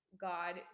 god